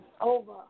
over